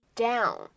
down